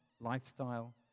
lifestyle